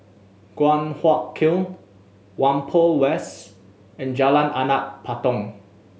Guan Huat Kiln Whampoa West and Jalan Anak Patong